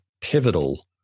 pivotal